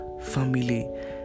family